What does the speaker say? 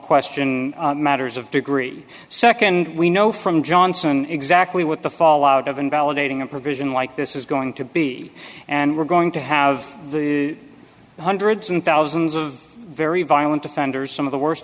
question matters of degree second we know from johnson exactly what the fallout of invalidating a provision like this is going to be and we're going to have hundreds and thousands of very violent offenders some of the worst